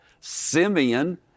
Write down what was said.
Simeon